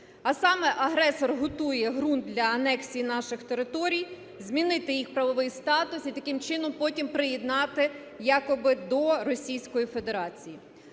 а саме: агресор готує ґрунт для анексії наших територій, змінити їх правовий статус і таким чином потім приєднати якби до Російської Федерації.